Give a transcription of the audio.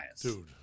Dude